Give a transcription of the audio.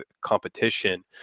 competition